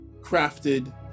crafted